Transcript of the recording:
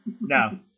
No